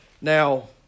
Now